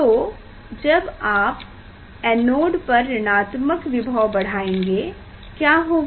तो जब आप एनोड पर ऋणात्मक विभव बढ़ाएंगे क्या होगा